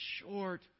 short